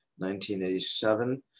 1987